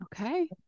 Okay